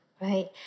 right